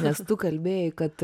nes tu kalbėjai kad